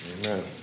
Amen